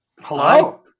Hello